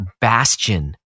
bastion